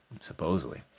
supposedly